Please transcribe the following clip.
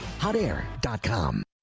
Hotair.com